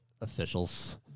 officials